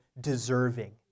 deserving